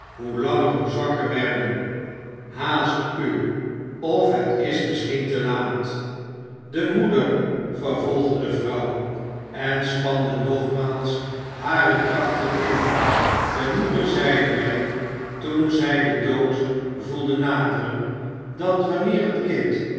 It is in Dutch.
hoe langer hoe zwakker werden haast u of het is misschien te laat de moeder vervolgde de vrouw en spande nogmaals hare krachten in de moeder zeide mij toen zij den dood voelde naderen dat wanneer het kind